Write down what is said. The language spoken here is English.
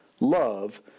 love